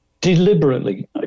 deliberately